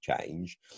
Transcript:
change